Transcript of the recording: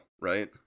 right